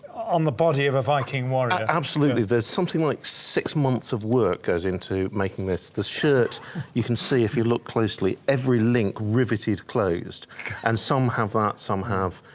on the body of a viking warrior. absolutely, there's something like six months of work goes into making this this shirt you can see if you look closely every link riveted closed and some have that some have